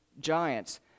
giants